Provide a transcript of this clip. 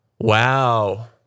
Wow